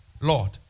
Lord